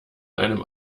einem